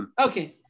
Okay